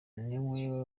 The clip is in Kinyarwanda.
niwe